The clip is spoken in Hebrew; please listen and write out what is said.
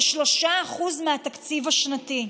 כ-3% מהתקציב השנתי.